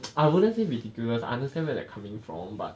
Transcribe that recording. I wouldn't say ridiculous ah I understand where you're coming from but